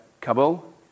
Kabul